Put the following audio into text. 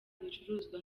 ibicuruzwa